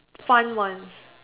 fun ones